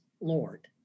Lord